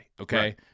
Okay